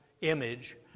image